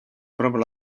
proprio